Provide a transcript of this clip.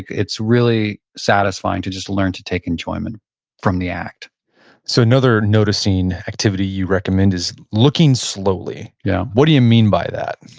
it's really satisfying to just learn to take enjoyment from the act so another noticing activity you recommend is looking slowly. yeah. what do you mean by that?